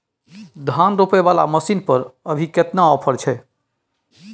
धान रोपय वाला मसीन पर अभी केतना ऑफर छै?